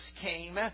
came